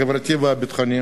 החברתי והביטחוני